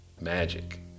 magic